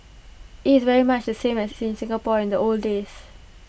IT is very much the same as in Singapore in the old days